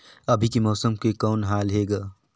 अभी के मौसम के कौन हाल हे ग?